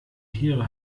tiere